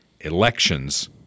Elections